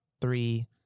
three